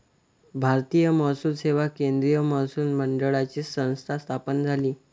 भारतीय महसूल सेवा केंद्रीय महसूल मंडळाची संस्था स्थापन झाली